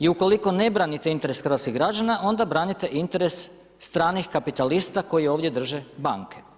I u koliko ne branite interes hrvatskih građana, onda branite interes stranih kapitalista koji ovdje drže banke.